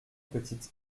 petites